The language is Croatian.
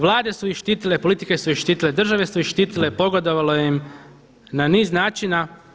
Vlade su ih štitile, politike su ih štitile, države su ih štitile, pogodovalo im na niz načina.